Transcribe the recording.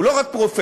הוא לא רק פרופסור,